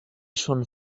schon